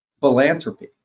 philanthropy